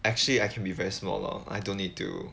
actually I can be very small lor I don't need to